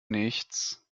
nichts